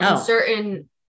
certain